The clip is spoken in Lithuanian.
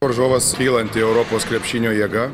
varžovas kylanti europos krepšinio jėga